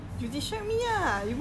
what I do